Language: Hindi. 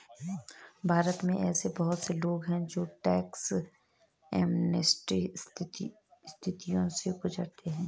भारत में ऐसे बहुत से लोग हैं जो टैक्स एमनेस्टी स्थितियों से गुजरते हैं